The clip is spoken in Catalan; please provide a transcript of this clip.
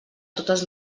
totes